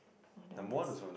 !wah! that one nice